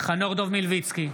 חנוך דב מלביצקי,